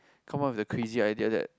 come up with the crazy idea that